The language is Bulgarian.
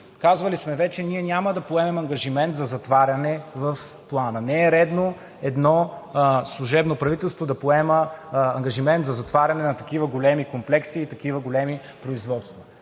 Казвали сме вече: ние няма да поемем ангажимент за затваряне в Плана. Не е редно едно служебно правителство да поема ангажимент за затваряне на такива големи комплекси и такива големи производства.